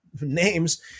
names